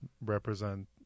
represent